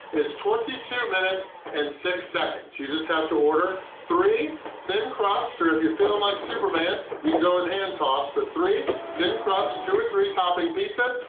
is twenty two minutes and six seconds. you just have to order three thin crust, or if you're feeling like superman, you can go with hand-tossed, but three thin crust, two or three-topping pizzas,